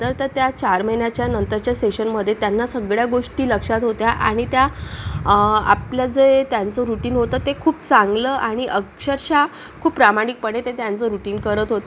तर तर त्या चार महिन्यांच्या नंतरच्या सेशनमध्ये त्यांना सगळ्या गोष्टी लक्षात होत्या आणि त्या आपलं जे त्यांचं रूटीन होतं ते खूप चांगलं आणि अक्षरशः खूप प्रामाणिकपणे ते त्यांचं रूटीन करत होते